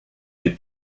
des